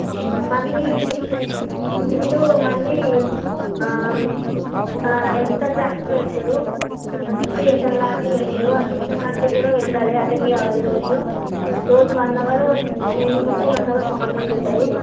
మళ్ళీ మీరూ మళ్ళీ ఎక్స్ట్రా క్లాసులు పెడ్తారు ట్యూషన్ లాంటివి పెడతారు ఆ ట్యూషన్ లాంటివి కూడా వెళ్ళాలి అటెండ్ చెయ్యాలి రోజూ రోజూ వన్ అవరు ఈవినింగ్ ఉంటుంది వన్ అవరు మార్నింగ్ ఉంటుంది